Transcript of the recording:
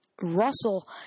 Russell